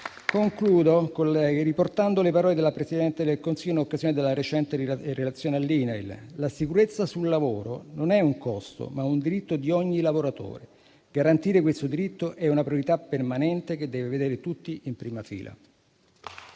Concludo, colleghi, riportando le parole della Presidente del Consiglio in occasione della recente relazione all'INAIL. La sicurezza sul lavoro non è un costo, ma un diritto di ogni lavoratore; garantire questo diritto è una priorità permanente che deve vedere tutti in prima fila.